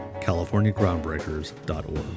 californiagroundbreakers.org